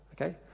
Okay